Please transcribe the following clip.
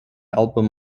album